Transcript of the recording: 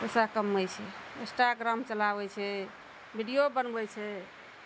पैसा कमबै छै इन्स्टाग्राम चलाबै छै वीडियो बनबै छै